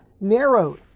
narrowed